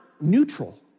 neutral